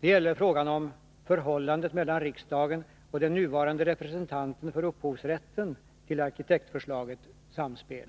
Det gäller frågan om förhållandet mellan riksdagen och den nuvarande representanten för upphovsrätten till arkitektförslaget Samspel.